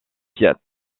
fiat